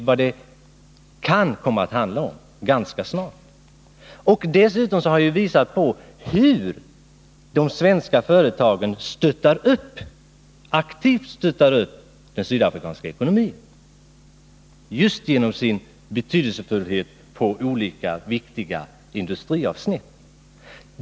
Vidare har jag pekat på hur de svenska företagen aktivt stöttar upp den sydafrikanska ekonomin just genom sin betydelse på olika viktiga industri avsnitt.